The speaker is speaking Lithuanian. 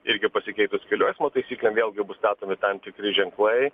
irgi pasikeitus kelių eismo taisyklėm vėlgi bus statomi tam tikri ženklai